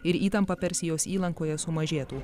ir įtampa persijos įlankoje sumažėtų